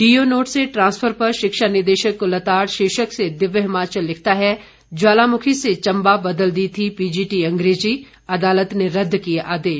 do note से transfer पर शिक्षा निदेशक को लताड़ शीर्षक से दिव्य हिमाचल लिखता है ज्वालामुखी से चंबा बदल दी थी पीजीटी अंग्रेजी अदालत ने रद्द किए आदेश